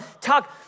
talk